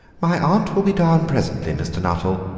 my aunt will be down presently, mr. nuttel,